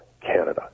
Canada